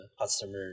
customer